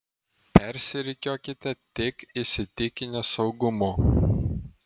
persirikiuokite tik įsitikinę saugumu